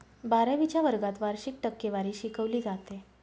बारावीच्या वर्गात वार्षिक टक्केवारी शिकवली जाते